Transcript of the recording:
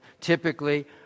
Typically